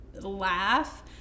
laugh